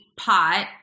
pot